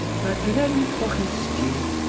madeleine forestier.